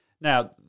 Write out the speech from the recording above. Now